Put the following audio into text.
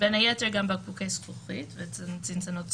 בין היתר גם בקבוקי זכוכית ובעצם צנצנות זכוכית.